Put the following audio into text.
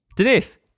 Denise